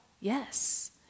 Yes